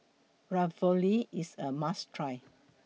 Ravioli IS A must Try